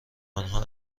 آنها